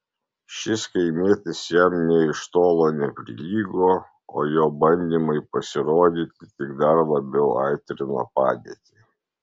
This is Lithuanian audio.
šis kaimietis jam nė iš tolo neprilygo o jo bandymai pasirodyti tik dar labiau aitrino padėtį